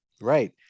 Right